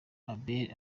abel